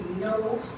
no